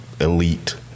elite